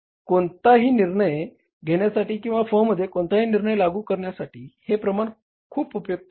कोणताही निर्णय घेण्यासाठी किंवा फर्ममध्ये कोणताही निर्णय लागू करण्यासाठी हे प्रमाण खूप उपयुक्त आहे